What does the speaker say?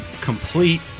complete